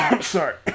sorry